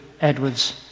Edward's